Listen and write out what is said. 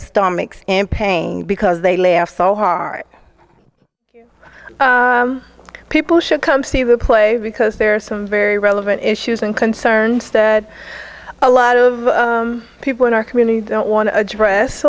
stomachs in pain because they laugh so hard people should come see the play because there are some very relevant issues and concerns that a lot of people in our community don't want to address